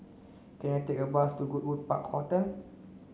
can I take a bus to Goodwood Park Hotel